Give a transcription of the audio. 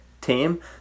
team